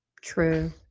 True